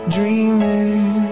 Dreaming